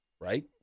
Right